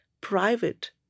private